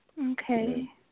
Okay